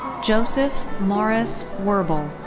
joseph morris werble.